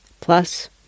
plus